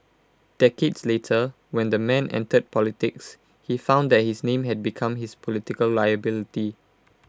decades later when the man entered politics he found that his name had become his political liability